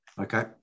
Okay